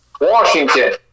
Washington